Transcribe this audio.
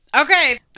Okay